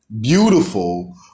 beautiful